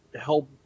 help